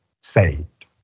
saved